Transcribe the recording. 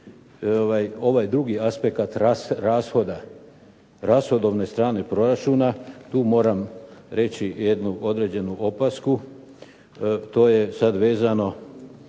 Ovaj drugi aspekat rashoda, rashodovne strane proračuna tu moram reći jednu određenu opasku. To je sad vezano